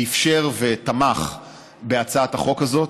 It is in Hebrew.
שאפשר ותמך בהצעת החוק הזו.